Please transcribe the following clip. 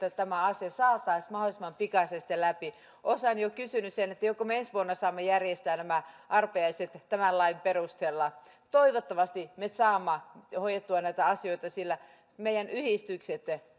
että tämä asia saataisiin mahdollisimman pikaisesti läpi osa on jo kysynyt että joko me ensi vuonna saamme järjestää arpajaiset tämän lain perusteella toivottavasti me saamme hoidettua näitä asioita sillä meidän yhdistyksemme